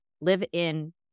live-in